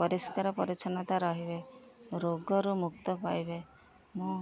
ପରିଷ୍କାର ପରିଚ୍ଛନ୍ନତା ରହିବେ ରୋଗରୁ ମୁକ୍ତ ପାଇବେ ମୁଁ